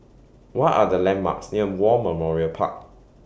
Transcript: What Are The landmarks near War Memorial Park